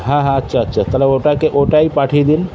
হ্যাঁ হ্যাঁ আচ্ছা আচ্ছা তাহলে ওটাকে ওটাই পাঠিয়ে দিন